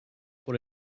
por